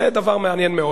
זה דבר מעניין מאוד.